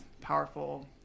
powerful